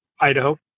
Idaho